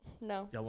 No